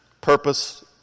purpose